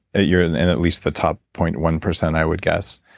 ah you're and and at least the top point one percent i would guess,